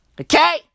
Okay